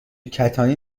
کتانی